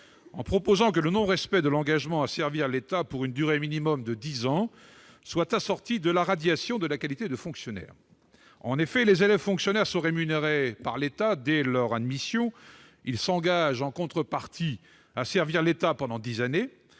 en proposant que le non-respect de l'engagement à servir l'État pour une durée minimale de dix ans soit assorti de la radiation de la qualité de fonctionnaire. Les élèves fonctionnaires sont rémunérés par l'État dès leur admission, en contrepartie de quoi ils s'engagent à servir l'État pendant dix années.